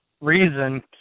reason